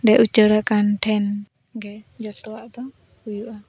ᱚᱸᱰᱮ ᱩᱪᱟᱹᱲ ᱟᱠᱟᱱ ᱴᱷᱮᱱ ᱜᱮ ᱡᱚᱛᱚᱣᱟᱜ ᱫᱚ ᱦᱩᱭᱩᱜᱼᱟ